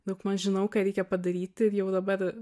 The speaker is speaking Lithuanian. daugmaž žinau ką reikia padaryti ir jau dabar